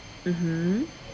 mmhmm